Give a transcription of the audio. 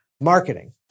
marketing